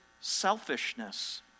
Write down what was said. selfishness